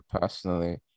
personally